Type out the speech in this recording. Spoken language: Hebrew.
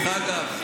דרך אגב,